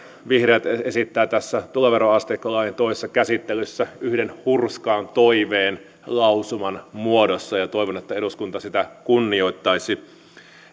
vihreät esittävät tässä tuloveroasteikkolain toisessa käsittelyssä yhden hurskaan toiveen lausuman muodossa ja toivon että eduskunta sitä kunnioittaisi